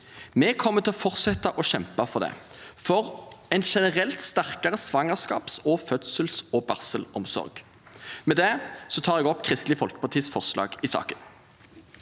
Vi kommer til å fortsette å kjempe for det, for en generelt sterkere svangerskaps-, fødsels- og barselomsorg. Jeg tar opp forslagene Kristelig Folkeparti har sammen